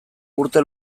urte